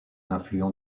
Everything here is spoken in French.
affluent